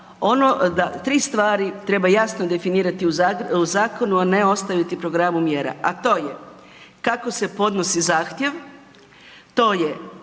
tri stvari treba jasno definirati u zakonu, a ne ostaviti programu mjera, a to je kako se podnosi zahtjev, to je